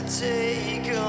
take